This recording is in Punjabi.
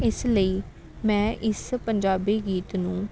ਇਸ ਲਈ ਮੈਂ ਇਸ ਪੰਜਾਬੀ ਗੀਤ ਨੂੰ